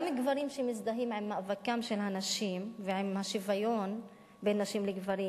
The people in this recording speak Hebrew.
גם גברים שמזדהים עם מאבקן של הנשים ועם השוויון בין נשים לגברים,